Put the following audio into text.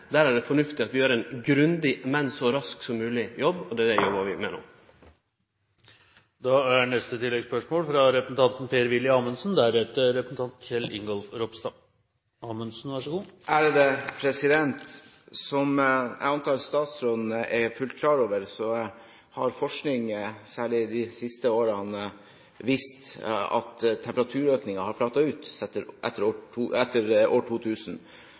er det fornuftig at vi gjer ein grundig jobb, men så raskt som mogleg, og det er det vi jobbar med no. Per-Willy Amundsen – til oppfølgingsspørsmål. Som jeg antar statsråden er fullt klar over, har forskningen særlig i de siste årene vist at temperaturøkningen har flatet ut etter år